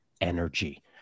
energy